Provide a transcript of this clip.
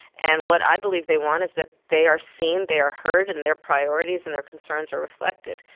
and what i believe they want is that they are seen, they are heard, and their priorities and their concerns are reflected.